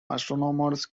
astronomers